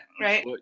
right